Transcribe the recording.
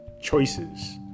choices